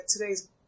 today's